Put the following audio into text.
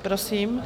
Prosím.